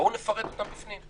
בואו נפרט אותן בפנים.